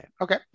okay